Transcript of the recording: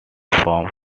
from